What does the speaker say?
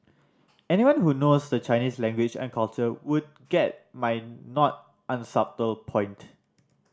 anyone who knows the Chinese language and culture would get my not unsubtle point